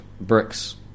bricks